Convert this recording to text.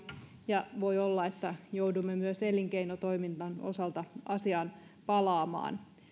ja voi olla että joudumme myös elinkeinotoiminnan osalta asiaan palaamaan